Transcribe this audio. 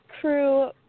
crew